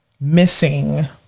missing